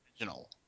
original